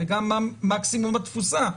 וגם מקסימום בתפוסה,